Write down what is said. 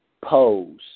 pose